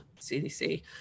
CDC